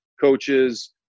coaches